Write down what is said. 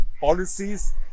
policies